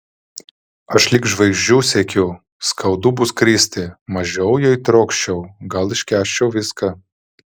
aš lig žvaigždžių siekiu skaudu bus kristi mažiau jei trokščiau gal iškęsčiau viską